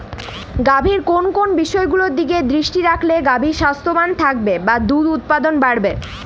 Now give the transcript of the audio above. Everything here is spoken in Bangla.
গাভীর কোন কোন বিষয়গুলোর দিকে দৃষ্টি রাখলে গাভী স্বাস্থ্যবান থাকবে বা দুধ উৎপাদন বাড়বে?